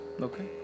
Okay